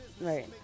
Right